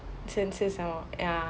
想吃什么 ya